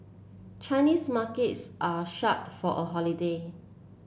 Chinese markets are shut for a holiday